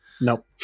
Nope